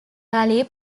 valley